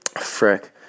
Frick